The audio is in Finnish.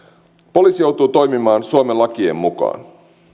poliisi joutuu toimimaan suomen lakien mukaan